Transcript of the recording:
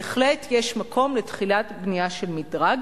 בהחלט יש מקום לתחילת בנייה של מדרג,